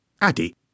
Addy